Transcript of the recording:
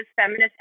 feminist